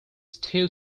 stew